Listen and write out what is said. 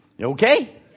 Okay